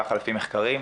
כך לפי מחקרים,